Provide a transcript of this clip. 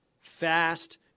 Fast